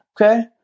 Okay